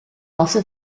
also